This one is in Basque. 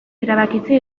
erabakitze